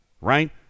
right